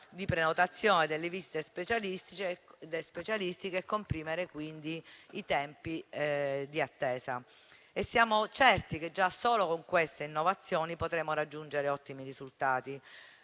di prenotazione delle visite specialistiche e comprimere quindi i tempi di attesa. Siamo certi che già solo con queste innovazioni potremo raggiungere ottimi risultati.